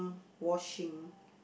washing